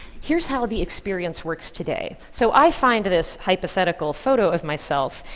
here's how the experience works today. so i find this hypothetical photo of myself,